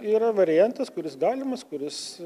yra variantas kuris galimas kuris